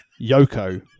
Yoko